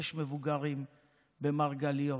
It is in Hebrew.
יש מבוגרים במרגליות,